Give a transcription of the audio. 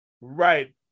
Right